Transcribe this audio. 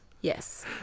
Yes